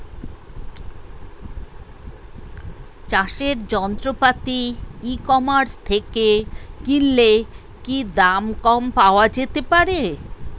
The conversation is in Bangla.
চাষের যন্ত্রপাতি ই কমার্স থেকে কিনলে কি দাম কম পাওয়া যেতে পারে?